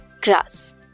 grass